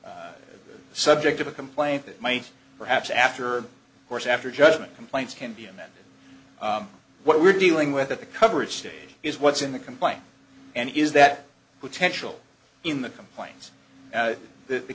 be subject of a complaint that might perhaps after course after judgment complaints can be amended what we're dealing with at the coverage stage is what's in the complaint and is that potential in the complaints that the